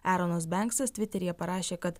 eronas benksas tviteryje parašė kad